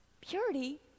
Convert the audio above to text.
Purity